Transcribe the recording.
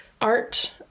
art